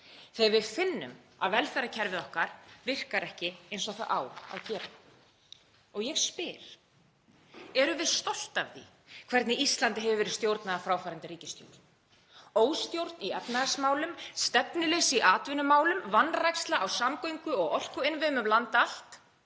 þegar við finnum að velferðarkerfið okkar virkar ekki eins og það á að gera. Ég spyr: Erum við stolt af því hvernig Íslandi hefur verið stjórnað af fráfarandi ríkisstjórn? Óstjórn í efnahagsmálum, stefnuleysi í atvinnumálum, vanræksla á samgöngu- og orkuinnviðum um land allt